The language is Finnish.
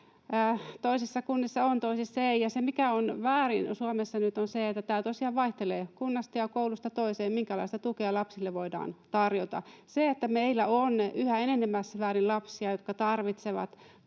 Toisissa kunnissa on, toisissa ei, ja se, mikä on väärin Suomessa nyt, on se, että tosiaan vaihtelee kunnasta ja koulusta toiseen, minkälaista tukea lapsille voidaan tarjota. Se, että meillä on yhä enenevässä määrin lapsia, jotka tarvitsevat